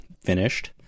finished